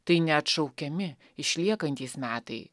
tai neatšaukiami išliekantys metai